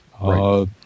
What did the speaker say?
Right